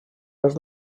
per